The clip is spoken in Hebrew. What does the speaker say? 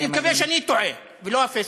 אני מקווה שאני טועה ולא הפייסבוק.